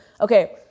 okay